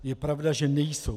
Je pravda, že nejsou.